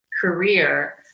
career